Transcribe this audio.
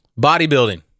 bodybuilding